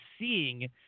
seeing